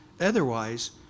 Otherwise